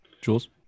Jules